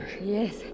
Yes